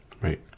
Right